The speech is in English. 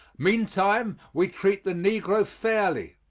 meantime we treat the negro fairly,